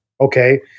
okay